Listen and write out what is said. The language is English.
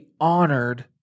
honored